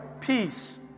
peace